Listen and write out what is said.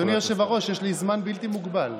אדוני היושב-ראש, יש לי זמן בלתי מוגבל.